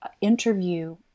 interview